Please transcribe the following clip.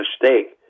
mistake